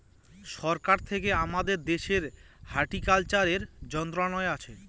সরকার থেকে আমাদের দেশের হর্টিকালচারের মন্ত্রণালয় আছে